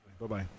Bye-bye